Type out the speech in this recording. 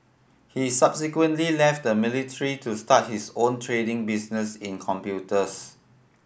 he subsequently left the military to start his own trading business in computers